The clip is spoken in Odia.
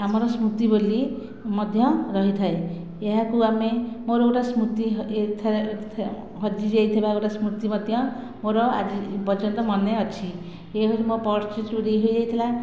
ଆମର ସ୍ମୃତି ବୋଲି ମଧ୍ୟ ରହିଥାଏ ଏହାକୁ ଆମେ ମୋର ଗୋଟିଏ ସ୍ମୃତି ହଜିଯାଇଥିବା ଗୋଟେ ସ୍ମୃତି ମଧ୍ୟ ମୋର ଆଜି ପର୍ଯ୍ୟନ୍ତ ମନେ ଅଛି ଇଏ ହେଉଛି ମୋ ପର୍ସ ଚୋରି ହୋଇଯାଇଥିଲା